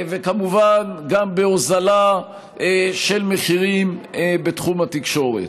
וכמובן גם בהורדה של מחירים בתחום התקשורת.